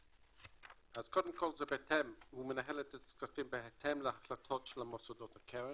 אז קודם כל היא תנהל את הכספים בהתאם להחלטות של מוסדות הקרן,